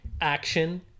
action